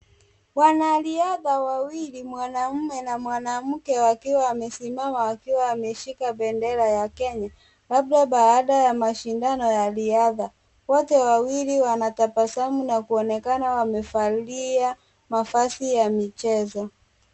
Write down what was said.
Wanariadha wawili, mwanaume na mwanamke wakiwa wamesimama wakiwa wameshika bendera ya Kenya, labda baada ya mashindano ya riadha. Wote wawili wanatabasamu na kuonekana wamevalia mavazi ya michezo.